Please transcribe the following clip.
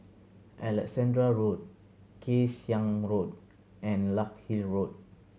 Alexandra Road Kay Siang Road and Larkhill Road